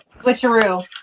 switcheroo